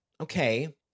Okay